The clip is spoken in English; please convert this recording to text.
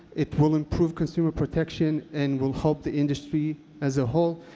it will improve consumer protection and will help the industry as a whole,